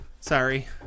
Sorry